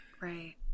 Right